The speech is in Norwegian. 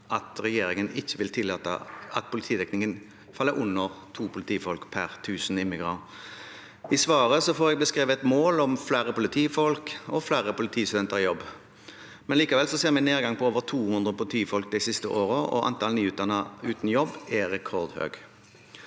at regjeringen ikke vil tillate at politidekningen faller under to politifolk per tusen innbyggere. I svaret får jeg beskrevet et mål om flere politifolk og flere politistudenter i jobb. Likevel ser vi en nedgang på over 200 politifolk de siste årene, og antallet nyutdannede uten jobb er rekordhøyt.